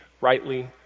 rightly